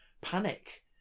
panic